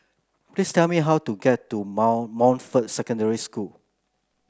please tell me how to get to Montfort Secondary School